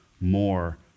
more